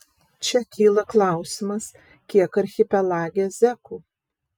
čia kyla klausimas kiek archipelage zekų